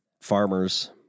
farmers